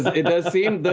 it does seem,